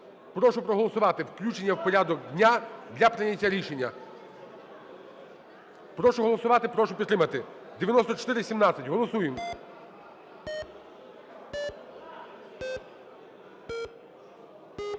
Прошу проголосувати включення у порядок дня для прийняття рішення. Прошу голосувати, прошу підтримати, 9417. Голосуємо.